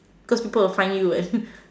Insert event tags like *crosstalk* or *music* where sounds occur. cause people will find you what *laughs*